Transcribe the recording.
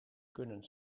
kunnen